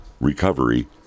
recovery